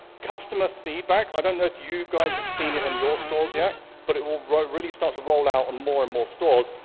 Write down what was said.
customer feedback, i don't know if you guys have seen it on your stores yes but it will really start to roll out on more and more stores,